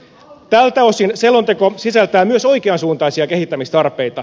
tältä osin selonteko sisältää myös oikeansuuntaisia kehittämistarpeita